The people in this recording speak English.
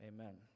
Amen